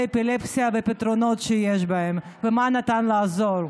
אפילפסיה והפתרונות שיש ובמה ניתן לעזור.